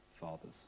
father's